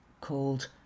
called